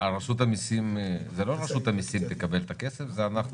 לא רשות המיסים תקבל את הכסף, זה אנחנו